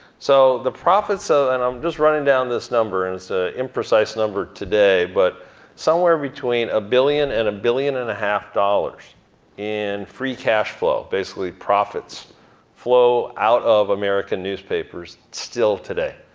so the profits, so and i'm just running down this number. and it's an ah imprecise number today, but somewhere between a billion and a billion and a half dollars in free cashflow, basically profits flow out of american newspapers still today.